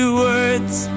words